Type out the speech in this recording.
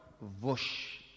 Vosh